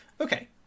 Okay